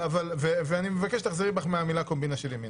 ואני מבקש שתחזרי בך מהמילים "קומבינה של ימינה",